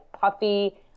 puffy